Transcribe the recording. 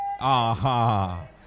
Aha